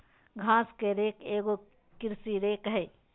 घास के रेक एगो कृषि रेक हइ